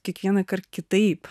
kiekvieną kart kitaip